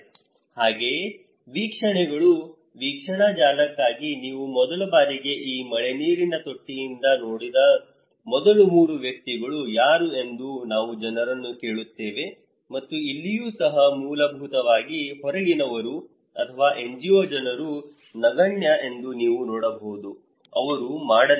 ಹಾಗೆಯೇ ವೀಕ್ಷಣೆಗಳು ವೀಕ್ಷಣಾ ಜಾಲಕ್ಕಾಗಿ ನೀವು ಮೊದಲ ಬಾರಿಗೆ ಈ ಮಳೆನೀರಿನ ತೊಟ್ಟಿಯನ್ನು ನೋಡಿದ ಮೊದಲ ಮೂರು ವ್ಯಕ್ತಿಗಳು ಯಾರು ಎಂದು ನಾವು ಜನರನ್ನು ಕೇಳುತ್ತೇವೆ ಮತ್ತು ಇಲ್ಲಿಯೂ ಸಹ ಮೂಲಭೂತವಾಗಿ ಹೊರಗಿನವರು ಅಥವಾ NGO ಜನರು ನಗಣ್ಯ ಎಂದು ನೀವು ನೋಡಬಹುದು ಅವರು ಮಾಡಲಿಲ್ಲ